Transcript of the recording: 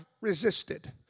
resisted